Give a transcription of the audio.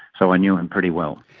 so i knew him pretty well.